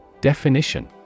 Definition